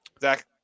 Zach